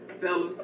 Fellas